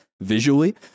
visually